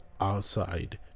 outside